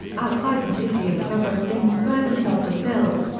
outside the city of severokvinsk where the sub was built,